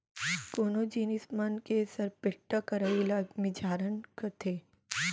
कोनो जिनिस मन के सरपेट्टा करई ल मिझारन कथें